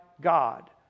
God